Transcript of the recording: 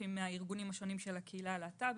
עם הארגונים השונים של הקהילה הלהט"בית,